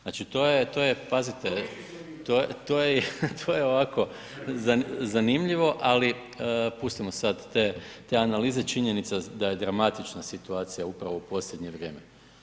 Znači to je, to je, pazite …... [[Upadica se ne čuje.]] to je ovako zanimljivo ali pustimo sad te analize, činjenica da je dramatična situacija upravo u posljednje vrijeme.